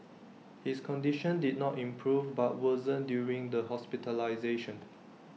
his condition did not improve but worsened during the hospitalisation